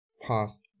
past